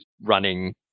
running